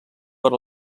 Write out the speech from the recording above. per